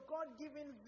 God-given